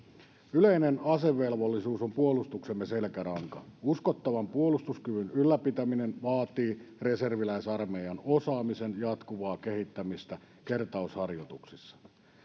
yleinen asevelvollisuus on puolustuksemme selkäranka uskottavan puolustuskyvyn ylläpitäminen vaatii reserviläisarmeijan osaamisen jatkuvaa kehittämistä kertausharjoituksissa